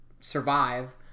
survive